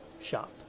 shop